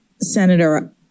Senator